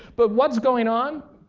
but what's going on?